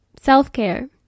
self-care